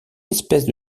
espèces